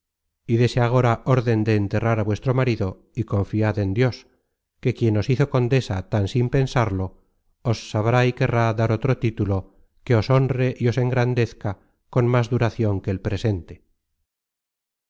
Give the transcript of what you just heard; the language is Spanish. y dése agora orden de enterrar á vuestro marido y confiad en dios que quien os hizo condesa tan sin pensarlo os sabrá y querrá dar otro content from google book search generated at título que os honre y os engrandezca con más duracion que el presente